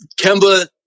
Kemba